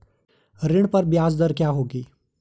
ऋण पर ब्याज दर क्या होगी?